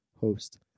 host